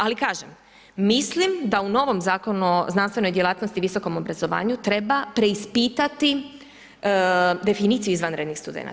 Ali kažem, mislim da u onom Zakonu o znanstvenoj djelatnosti i visokom obrazovanju treba preispitati definiciju izvanrednih studenata.